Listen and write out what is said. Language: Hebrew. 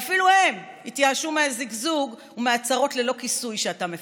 ואפילו הם התייאשו מהזיגזוג ומההצהרות ללא כיסוי שאתה מפזר.